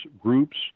groups